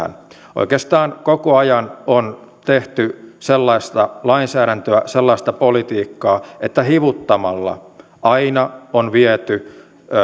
oikeastaan koko ajan on tehty sellaista lainsäädäntöä sellaista politiikkaa että hivuttamalla aina on viety